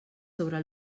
sobre